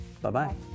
bye-bye